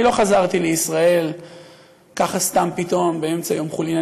אני לא חזרתי לישראל ככה סתם פתאום באמצע יום חולין.